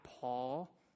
Paul